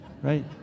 right